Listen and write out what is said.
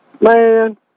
man